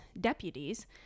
deputies